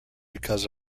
because